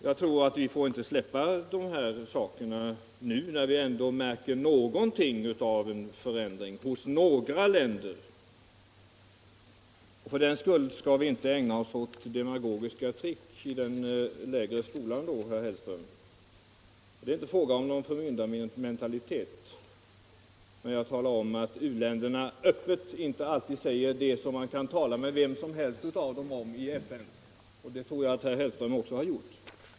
Jag tror inte att vi får släppa dessa frågor även om vi nu märker litet grand av en förändring hos några länder. För den skull skall vi inte ägna oss åt demagogiska trick i den lägre skolan, herr Hellström. Det är inte fråga om någon förmyndarmentalitet när jag talar om att u-länderna inte i FN öppet säger —- under krav om samstämmighet i besluten - det som man kan tala med vem som helst av dem om annars. Den erfarenheten tror jag att herr Hellström också har gjort.